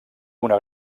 una